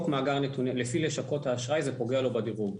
לפי לשכות האשראי זה פוגע לו בדירוג.